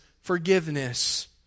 forgiveness